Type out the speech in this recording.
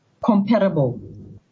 comparable